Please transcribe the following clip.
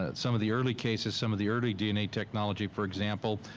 ah some of the early cases, some of the early dna technology for example,